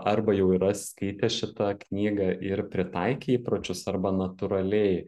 arba jau yra skaitę šitą knygą ir pritaikė įpročius arba natūraliai